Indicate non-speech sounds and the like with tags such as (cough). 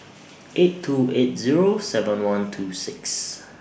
(noise) eight two eight Zero seven one two six